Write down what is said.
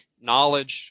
knowledge